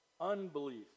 unbelief